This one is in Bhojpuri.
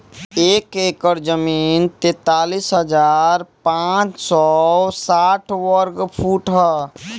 एक एकड़ जमीन तैंतालीस हजार पांच सौ साठ वर्ग फुट ह